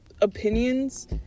opinions